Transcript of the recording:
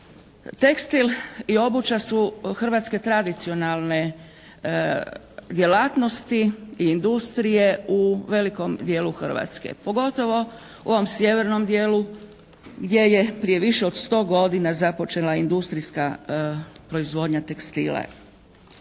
Tekstil i obuća su hrvatske tradicionalne djelatnosti i industrije u velikom dijelu Hrvatske, pogotovo u ovom sjevernom dijelu gdje je više od 100 godina započela industrijska proizvodnja tekstila.